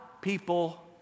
people